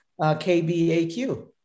KBAQ